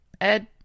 Ed